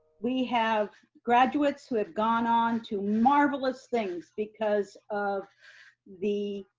we have graduates who have gone on to marvelous things because of the,